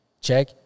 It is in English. check